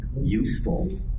useful